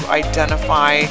identify